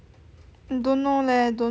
don't know leh don't know